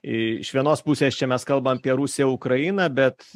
iš vienos pusės čia mes kalbam apie rusiją ukrainą bet